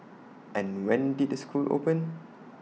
and when did the school open